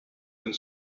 and